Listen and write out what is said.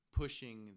pushing